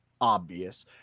obvious